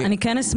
כן.